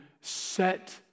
set